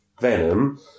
Venom